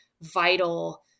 vital